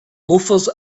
loafers